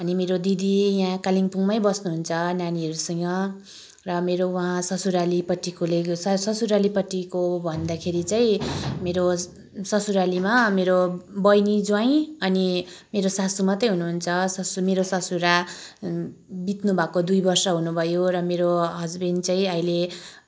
अनि मेरो दिदी यहाँ कालिम्पोङमै बस्नुहुन्छ नानीहरूसँग र मेरो वहाँ ससुरालीपट्टिकोले यो ससुरालीपट्टिको भन्दाखेरि चाहिँ मेरो ससुरालीमा मेरो बहिनी ज्वाइँ अनि मेरो सासू मात्रै हुनुहुन्छ ससु मेरो ससुरा बित्नुभएको दुई वर्ष हुनुभयो र मेरो हसबेन्ड चाहिँ अहिले